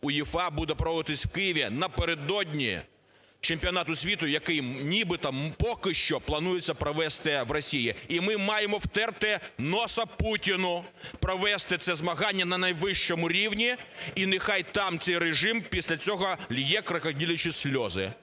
УЄФА, буде проводитись в Києві напередодні Чемпіонату світу, який нібито, поки що планується провести в Росії. І ми маємо втерти носа Путіну, провести це змагання на найвищому рівні, і нехай там цей режим після цього льє крокодилячі сльози.